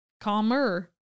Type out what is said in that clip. calmer